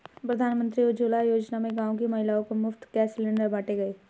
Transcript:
प्रधानमंत्री उज्जवला योजना में गांव की महिलाओं को मुफ्त गैस सिलेंडर बांटे गए